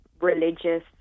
religious